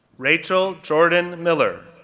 rachael jourdan miller,